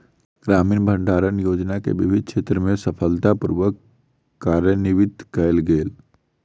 ग्रामीण भण्डारण योजना के विभिन्न क्षेत्र में सफलता पूर्वक कार्यान्वित कयल गेल